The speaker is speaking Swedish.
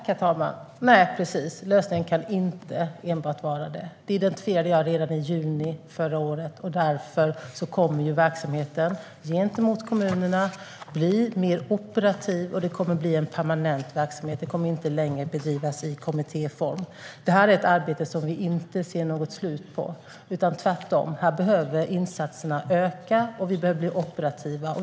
Herr talman! Nej, precis - lösningen kan inte enbart vara detta. Det identifierade jag redan i juni förra året. Därför kommer verksamheten gentemot kommunerna att bli mer operativ, och det kommer att bli en permanent verksamhet. Den kommer inte längre att bedrivas i kommittéform. Det här är ett arbete som vi inte ser något slut på. Här behöver insatserna tvärtom öka, och vi behöver bli operativa.